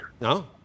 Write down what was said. No